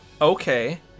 okay